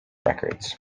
records